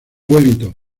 wellington